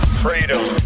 freedom